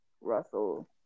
Russell